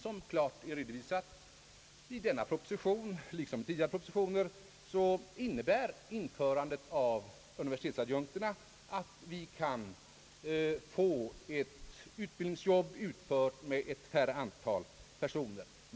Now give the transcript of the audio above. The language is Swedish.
Såsom är klart redovisat i denna liksom i tidigare propositioner, så innebär införandet av adjunktstjänsterna att vi kan få ett utbildningsjobb utfört med färre antal personer.